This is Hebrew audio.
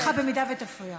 לא כלבים ולא טיפשים.